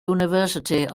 university